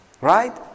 Right